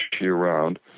year-round